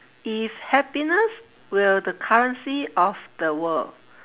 if happiness were the currency of the world